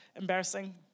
embarrassing